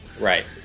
Right